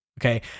Okay